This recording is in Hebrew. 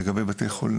לא.